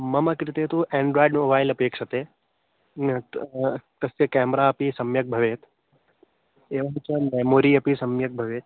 मम कृते तु एण्ड्रोय्ड् मोबैल् अपेक्ष्यते अन्यत् तस्य क्याम्रा अपि सम्यक् भवेत् एवं च मेमोरि अपि सम्यक् भवेत्